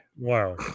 Wow